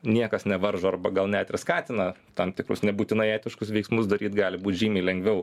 niekas nevaržo arba gal net ir skatina tam tikrus nebūtinai etiškus veiksmus daryt gali būti žymiai lengviau